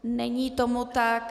Není tomu tak.